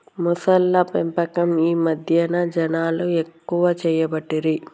మొసళ్ల పెంపకం ఈ మధ్యన జనాలు ఎక్కువ చేయబట్టిరి